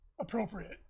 appropriate